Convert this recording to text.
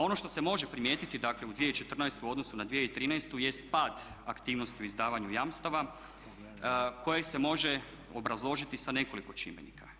Ono što se može primijetiti, dakle u 2014. u odnosu na 2013. jest pad aktivnosti u izdavanju jamstava koje se može obrazložiti sa nekoliko čimbenika.